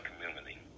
community